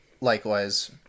likewise